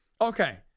Okay